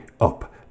Up